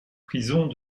prisons